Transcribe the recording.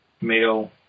male